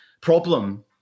problem